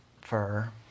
fur